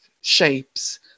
shapes